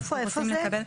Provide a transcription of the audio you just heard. איפה זה?